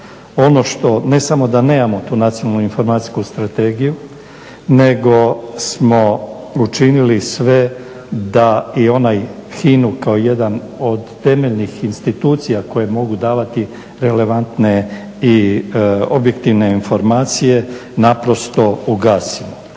Ono što ne samo da nemamo tu nacionalnu informacijsku strategiju nego smo učinili sve da i onaj HINA-u kao jedan od temeljnih institucija koje mogu davati relevantne i objektivne informacije naprosto ugasimo.